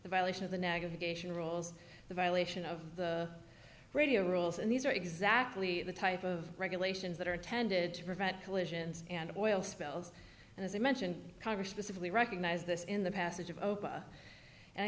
the violation of the negative rules the violation of the radio rules and these are exactly the type of regulations that are intended to prevent collisions and oil spills and as i mentioned congress specifically recognize this in the passage of opa and i